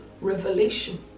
revelation